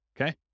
okay